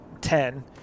ten